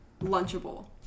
lunchable